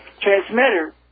transmitter